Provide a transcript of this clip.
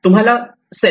तर तुम्हाला सेल्फ